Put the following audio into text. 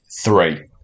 three